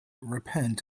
repent